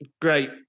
great